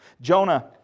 Jonah